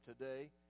today